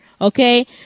okay